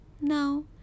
no